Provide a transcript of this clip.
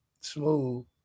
smooth